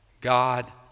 God